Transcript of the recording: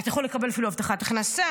אתה יכול לקבל אפילו הבטחת הכנסה,